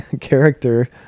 character